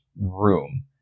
room